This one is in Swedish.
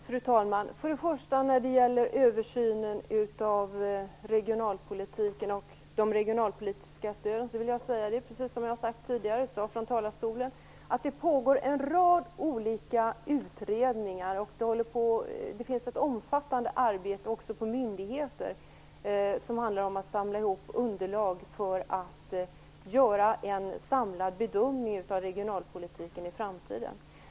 Fru talman! När det gäller översynen av regionalpolitiken och de regionalpolitiska stöden pågår det, precis som jag tidigare har sagt från talarstolen, en rad olika utredningar. Det finns ett omfattande arbete även inom myndigheter som handlar om att samla ihop underlag för att göra en samlad bedömning av regionalpolitiken i framtiden.